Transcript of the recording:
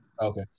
Okay